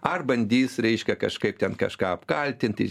ar bandys reiškia kažkaip ten kažką apkaltinti